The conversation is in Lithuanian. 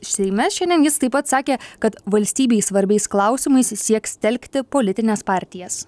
seime šiandien jis taip pat sakė kad valstybei svarbiais klausimais sieks telkti politines partijas